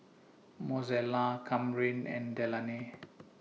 Mozella Kamryn and Delaney